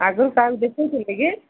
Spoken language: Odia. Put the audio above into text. ଆଗରୁ କାହାକୁ ଦେଖେଇଥିଲେ କି